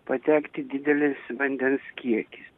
patekti didelis vandens kiekį